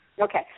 Okay